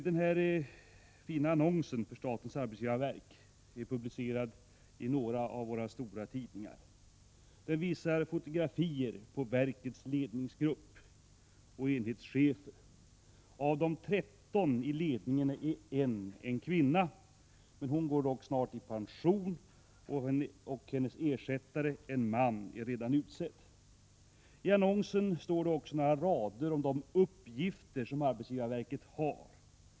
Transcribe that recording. Den fina annonsen för statens arbetsgivarverk har publicerats i några av våra stora tidningar. Den visar fotografier på verkets ledningsgrupp och enhetschefer. Av de 13 i ledningen är endast en kvinna. Hon går dock mycket snart i pension, och hennes ersättare — en man — är redan utsedd. I annonsen står det också några rader om de uppgifter som arbetsgivarverket har.